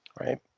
right